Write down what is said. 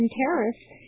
terrorists